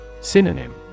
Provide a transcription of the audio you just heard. Synonym